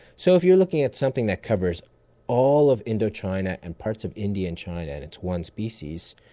so if you're looking at something that covers all of indochina and parts of india and china and it's one species,